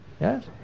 Yes